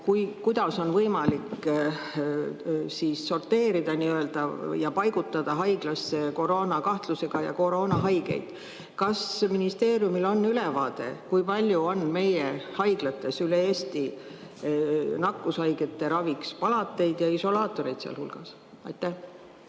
kuidas on võimalik sorteerida ja paigutada haiglasse koroona kahtlusega inimesi ja COVID-haigeid. Kas ministeeriumil on ülevaade, kui palju on meie haiglates üle Eesti nakkushaigete raviks palateid ja isolaatoreid sealhulgas? Aitäh,